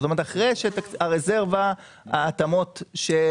אחרי שרזרבת ההתאמות לא מתאימה.